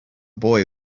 boy